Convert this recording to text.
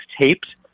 taped